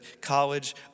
college